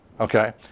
Okay